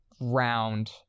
round